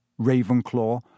Ravenclaw